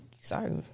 sorry